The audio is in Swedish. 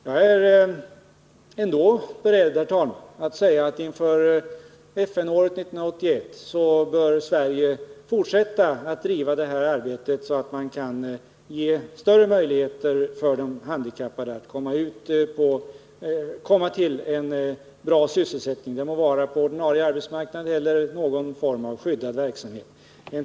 Jag är ändå beredd att säga att Sverige inför FN-året 1981 bör fortsätta att driva det här arbetet för att ge de handikappade större möjligheter till en bra sysselsättning, det må vara på den ordinarie arbetsmarknaden eller i någon form av skyddad verksamhet.